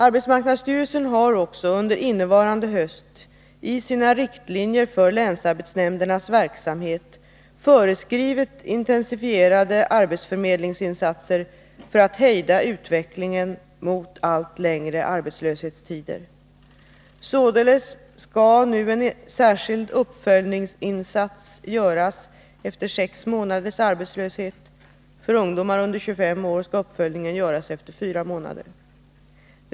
Arbetsmarknadsstyrelsen har också under innevarande höst, i sina riktlinjer för länsarbetsnämndernas verksamhet, föreskrivit intensifierade arbetsförmedlingsinsatser för att hejda utvecklingen mot allt längre arbetslöshetstider. Således skall nu en särskild uppföljningsinsats göras efter sex månaders arbetslöshet. För ungdomar under 25 år skall uppföljningen göras efter fyra månader.